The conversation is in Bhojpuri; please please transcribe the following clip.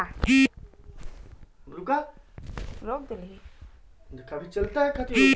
उदगम आदमी आपन प्रजाति के बीच्रहे के करला